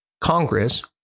Congress